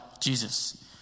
Jesus